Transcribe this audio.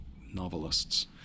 novelists